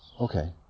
Okay